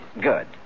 Good